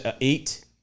eight